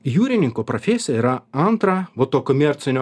jūrininko profesija yra antra va to komercinio